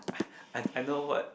I I know what